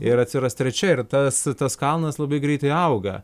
ir atsiras trečia ir tas tas kalnas labai greitai auga